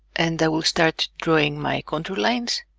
and i will start drawing my contour lines